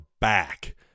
back